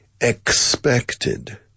Expected